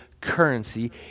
currency